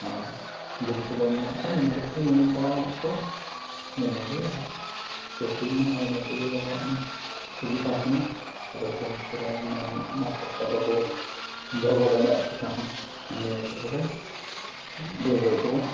ᱦᱮᱸ ᱡᱚᱢ ᱠᱚᱵᱚᱱ ᱮᱢ ᱧᱚᱜ ᱠᱚᱣᱟ ᱢᱤᱫ ᱰᱚᱰᱮᱜ ᱠᱚ ᱧᱮᱞ ᱵᱟᱲᱟ ᱧᱚᱜ ᱠᱚᱣᱟ ᱤᱱᱟᱹᱜᱮ ᱦᱟᱜ ᱪᱟᱹᱥᱤ ᱢᱟ ᱤᱱᱟᱹ ᱠᱚᱜᱮ ᱟᱵᱚᱣᱟᱜ ᱢᱟ ᱥᱩᱵᱤᱫᱷᱟ ᱠᱟᱱᱟ ᱟᱨ ᱵᱮᱝᱠ ᱠᱚᱨᱮ ᱩᱱᱟᱹᱜ ᱢᱟ ᱴᱟᱴᱠᱟ ᱵᱟᱵᱚ ᱫᱚᱦᱚ ᱜᱚᱫ ᱫᱟᱲᱮᱭᱟᱜ ᱴᱟᱠᱟ ᱦᱚᱸ ᱱᱤᱭᱟᱹ ᱠᱚᱨᱮ ᱜᱮᱠᱚ ᱵᱟᱹᱭ ᱵᱟᱹᱭ ᱛᱮᱵᱚ